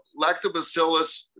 lactobacillus